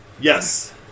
Yes